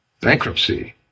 bankruptcy